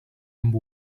amb